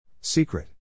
Secret